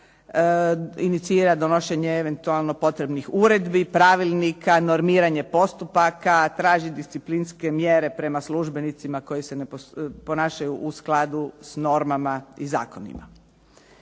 inicira eventualno donošenje potrebnih uredbi, pravilnika, normiranje postupaka, traži disciplinske mjere prema službenicima koji se ne ponašaju u skladu s normama i zakonima.